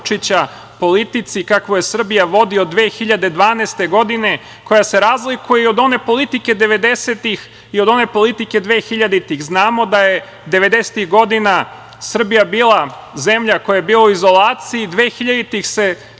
politici koju Srbija vodi od 2012. godine, koja se razlikuje i od one politike 90-ih i od one politike 2000-ih. Znamo da je 90-ih godina Srbija bila zemlja koja je bila u izolaciji, 2000-ih se ta Srbija